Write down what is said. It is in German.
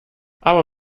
aber